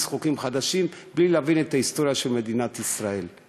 חוקים חדשים בלי להבין את ההיסטוריה של מדינת ישראל.